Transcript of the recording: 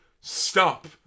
Stop